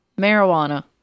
marijuana